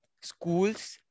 schools